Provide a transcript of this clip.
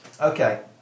Okay